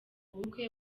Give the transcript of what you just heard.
bukwe